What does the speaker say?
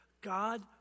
God